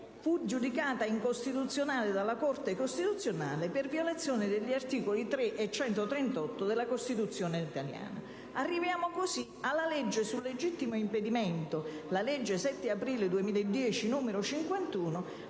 fu giudicata incostituzionale dalla Corte costituzionale per violazione degli articoli 3 e 138 della Costituzione. Arriviamo così alla legge sul legittimo impedimento, la legge 7 aprile 2010, n. 51,